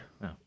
No